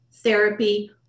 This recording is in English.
therapy